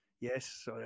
Yes